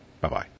Bye-bye